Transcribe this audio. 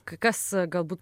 k kas galbūt